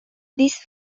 this